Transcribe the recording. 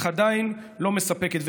אך עדיין לא מספקת.